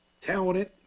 talented